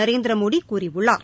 நரேந்திரமோடி கூறியுள்ளார்